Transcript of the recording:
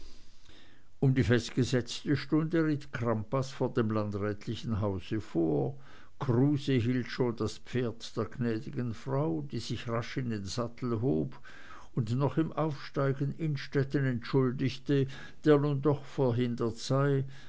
um die festgesetzte stunde ritt crampas vor dem landrätlichen hause vor kruse hielt schon das pferd der gnädigen frau die sich rasch in den sattel hob und noch im aufsteigen innstetten entschuldigte der nun doch verhindert sei